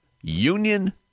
Union